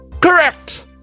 Correct